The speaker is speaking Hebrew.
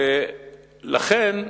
לכן,